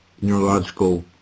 neurological